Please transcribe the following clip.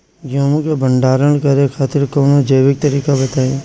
गेहूँ क भंडारण करे खातिर कवनो जैविक तरीका बताईं?